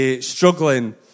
Struggling